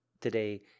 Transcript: Today